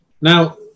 Now